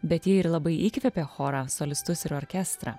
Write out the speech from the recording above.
bet ji ir labai įkvėpė chorą solistus ir orkestrą